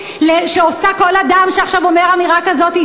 כל אדם שעכשיו אומר אמירה כזאת,